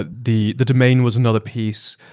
ah the the domain was another piece.